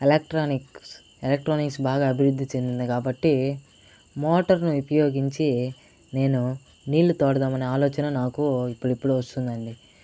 electronics electronics బాగా అభివృద్ధి చెందింది కాబట్టి మోటర్ ని ఉపయోగించి నేను నీళ్లు తోడదాం అనే ఆలోచన నాకు ఇప్పుడిప్పుడే వస్తుందండి